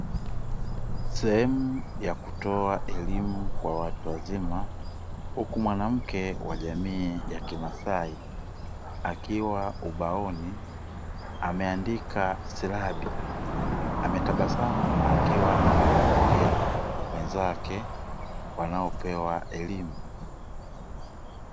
Sehemu ya kutoa elimu kwa watu wazima huku mwanamke wa kimasai akiwa ubaoni, ameandika silabi amatabasamu akiwa anawaangalia wenzake wanaopewa elimu.